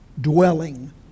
dwelling